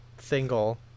single